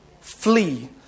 Flee